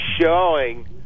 showing